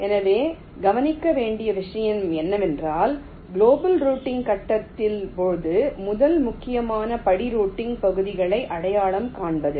எனவே கவனிக்க வேண்டிய விஷயம் என்னவென்றால் குளோபல் ரூட்டிங் கட்டத்தின் போது முதல் முக்கியமான படி ரூட்டிங் பகுதிகளை அடையாளம் காண்பது